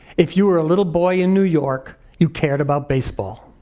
if you were a little boy in new york you cared about baseball.